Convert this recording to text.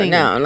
no